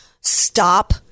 Stop